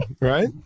right